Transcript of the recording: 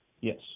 Yes